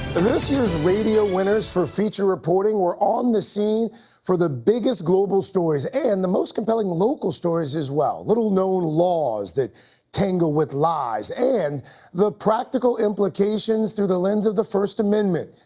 this year's radio winners for feature reporting were on the scene for the biggest global stories and the most compelling local stories as well little known laws that tangle with lies and the practical implications through the lens of the first amendment.